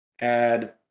add